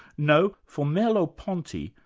no, for merleau-ponty,